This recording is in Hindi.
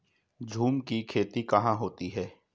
झूम की खेती कहाँ होती है?